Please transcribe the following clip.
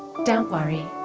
don't worry,